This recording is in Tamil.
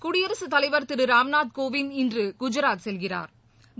குடியரசுத் தலைவர் திருராம்நாத் கோவிந்த் இன்றுகுஜராத் செல்கிறாா்